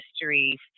history